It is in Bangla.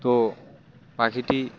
তো পাখিটি